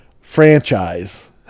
franchise